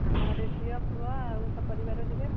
ଆମର ଝିଅ ପୁଅ ଆଉ ସପରିବାର ଯିବେ